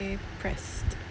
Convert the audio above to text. okay pressed